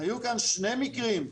היו כאן שני מיקרים,